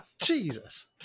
Jesus